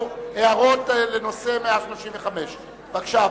הערות בנושא סעיף 135. בבקשה,